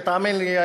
ותאמין לי,